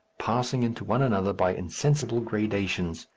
passing into one another by insensible gradations,